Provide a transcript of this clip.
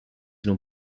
l’on